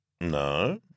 No